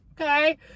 okay